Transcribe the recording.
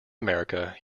america